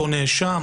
אותו נאשם,